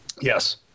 Yes